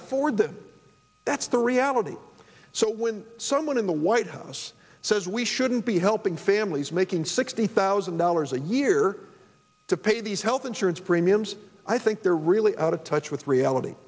afford that that's the reality so when someone in the white house says we shouldn't be helping families making sixty thousand dollars a year to pay these health insurance premiums i think they're really out of touch with reality